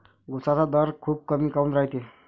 उसाचा दर खूप कमी काऊन रायते?